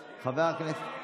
שמוותר.